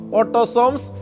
autosomes